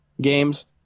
games